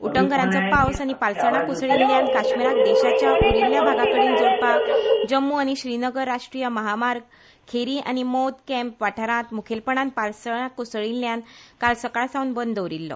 उटंगरांचो पावस आनी पालसणां कोसळील्ल्यान काश्मिराक देशाच्या उरिल्ल्या भागाकडे जोडपाक जम्मू आनी श्रीनगर राष्ट्रीय महामार्ग खेरी आनी मौद कॅम्प वाठारांत मुखेलपणान पालसणां कोसळील्ल्यांन काल सकाळ सावन बंद दवरिल्लो